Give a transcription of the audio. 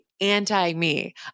anti-me